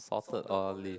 salted olive